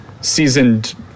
seasoned